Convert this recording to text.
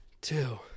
two